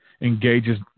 engages